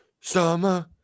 summer